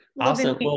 Awesome